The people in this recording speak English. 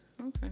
Okay